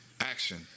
Action